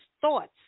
thoughts